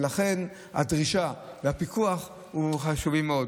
ולכן הדרישה והפיקוח הם חשובים מאוד.